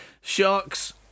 sharks